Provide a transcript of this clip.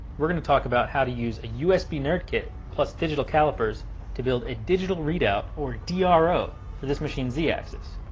we're going to talk about how to use a usb nerdkit plus digital calipers to build a digital read out or ah dro for this machine's z-axis.